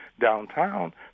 downtown